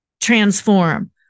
transform